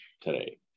today